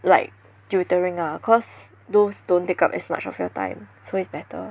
like tutoring ah cause those don't take up as much of your time so is better